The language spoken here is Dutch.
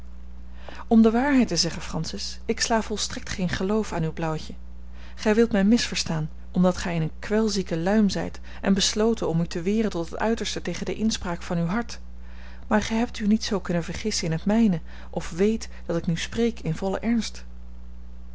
om de waarheid te zeggen francis ik sla volstrekt geen geloof aan uw blauwtje gij wilt mij misverstaan omdat gij in eene kwelzieke luim zijt en besloten om u te weren tot het uiterste tegen de inspraak van uw hart maar gij hebt u niet zoo kunnen vergissen in het mijne of weet dat ik nu spreek in vollen ernst